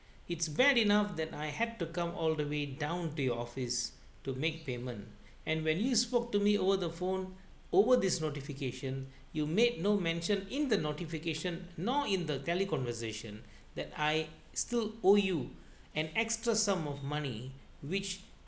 it's bad enough that I had to come all the way down to your office to make payment and when you spoke to me over the phone over this notification you made no mention in the notification nor in the teleconversation that I still owe you an extra sum of money which